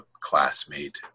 classmate